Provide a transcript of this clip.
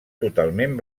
totalment